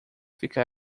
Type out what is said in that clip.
ficar